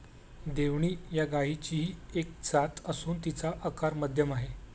देवणी या गायचीही एक जात असून तिचा आकार मध्यम आहे